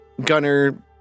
Gunner